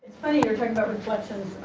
funny we're talking about reflection,